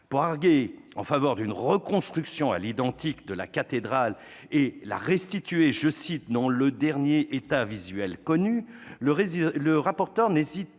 Pour arguer en faveur d'une reconstruction à l'identique de la cathédrale et la restituer « dans le dernier état visuel connu », le rapporteur n'hésite